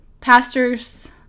pastor's